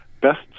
Best